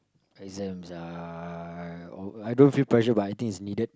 exams are oh I don't feel pressure by it but I think it's needed